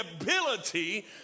ability